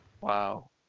Wow